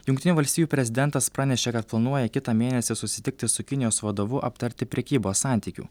jungtinių valstijų prezidentas pranešė kad planuoja kitą mėnesį susitikti su kinijos vadovu aptarti prekybos santykių